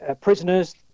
prisoners